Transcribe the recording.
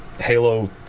Halo